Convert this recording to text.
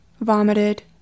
vomited